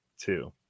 two